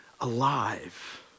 alive